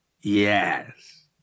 Yes